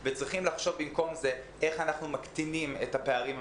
וצריך לחשוב במקום זה איך אנחנו מקטינים את הפערים המגדריים,